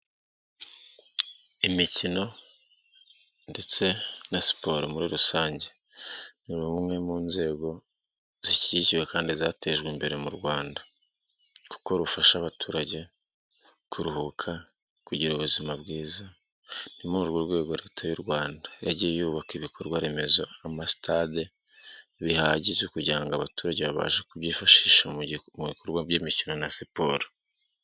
Imikino ndetse na siporo muri rusange, nimwe mu nzego zishyigikiwe kandi zatejwe imbere mu Rwanda kuko rufasha abaturage kuruhuka, kugira ubuzima bwiza. Ni muri urwo rwego leta y'u Rwanda yagiye yubaka ibikorwa remezo, amastade bihagije kugira ngo abaturage babashe kubyifashisha mu bikorwa by'imikino na siporo.